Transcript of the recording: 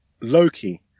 Loki